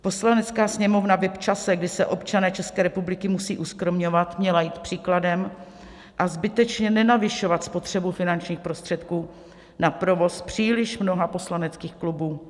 Poslanecká sněmovna by v čase, kdy se občané České republiky musí uskromňovat, měla jít příkladem a zbytečně nenavyšovat spotřebu finančních prostředků na provoz příliš mnoha poslaneckých klubů.